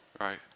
right